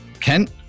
Kent